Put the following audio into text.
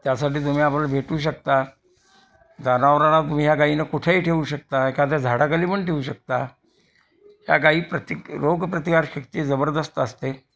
त्यासाठी तुम्ही आम्हाला भेटू शकता जनावरांना तुम्ही ह्या गाईंना कुठेही ठेवू शकता एखाद्या झाडाखाली पण ठेऊ शकता ह्या गाई प्रतिक रोग प्रतिकारशक्ती जबरदस्त असते